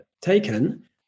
taken